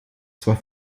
zwar